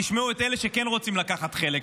תשמעו את אלה שכן רוצים לקחת חלק.